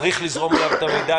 צריך לזרום אליו המידע.